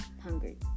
hungry